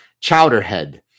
Chowderhead